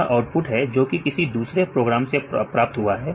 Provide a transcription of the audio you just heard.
यह आउटपुट है जो कि किसी दूसरे प्रोग्राम से प्राप्त हुआ है